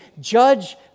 judge